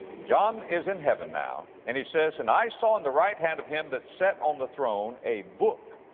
john is in heaven now and he says, and i saw in the right hand of him that sat on the throne a book,